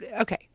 okay